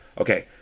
okay